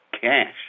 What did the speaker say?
cash